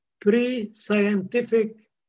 pre-scientific